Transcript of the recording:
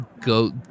go